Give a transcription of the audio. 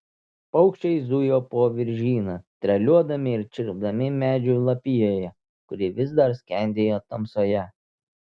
paukščiai zujo po viržyną treliuodami ir čirpdami medžių lapijoje kuri vis dar skendėjo tamsoje